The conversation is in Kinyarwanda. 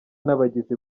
n’abagizi